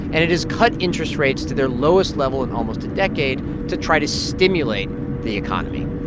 and it has cut interest rates to their lowest level in almost a decade to try to stimulate the economy.